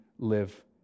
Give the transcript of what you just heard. live